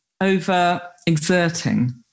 over-exerting